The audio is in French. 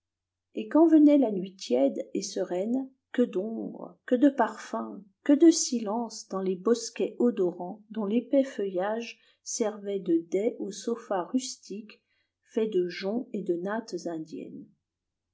et quand venait la nuit tiède et sereine que d'ombre que de parfum que de silence dans les bosquets odorants dont l'épais feuillage servait de dais aux sofas rustiques faits de joncs et de nattes indiennes